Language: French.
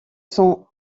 sont